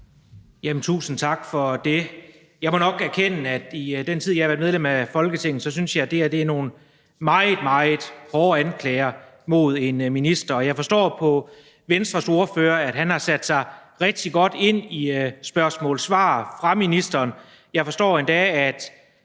Tusind tak for det. Jeg må nok erkende, synes jeg, at i den tid, jeg har været medlem af Folketinget, så er det her nogle meget, meget hårde anklager mod en minister. Jeg forstår på Venstres ordfører, at han har sat sig rigtig godt ind i spørgsmål/svar fra ministeren, og jeg forstår endda, at